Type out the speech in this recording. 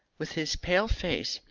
with his pale face,